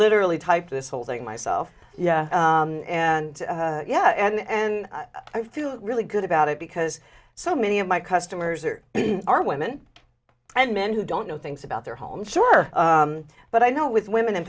literally typed this whole thing myself yeah and yeah and i feel really good about it because so many of my customers are are women and men who don't know things about their home sure but i know with women in